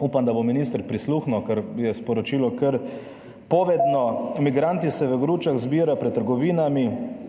upam, da bo minister prisluhnil, ker je sporočilo kar povedno. Migranti se v gručah zbirajo pred trgovinami,